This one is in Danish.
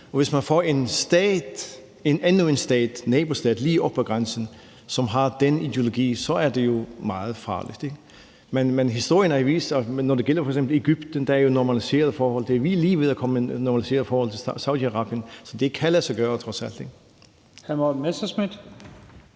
Hvis man får endnu en stat – en nabostat – lige op ad grænsen, som har den ideologi, er det jo meget farligt. Når det f.eks. gælder Egypten, er der jo normaliseret forhold. Vi er lige ved at få normaliseret forhold til Saudi-Arabien. Så det kan lade sig gøre trods alt.